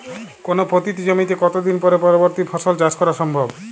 কোনো পতিত জমিতে কত দিন পরে পরবর্তী ফসল চাষ করা সম্ভব?